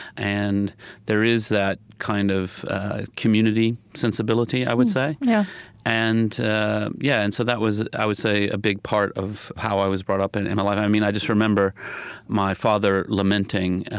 and there is that kind of community sensibility i would say yeah and yeah, and so that was, i would say, a big part of how was brought up. and and like i mean, i just remember my father lamenting,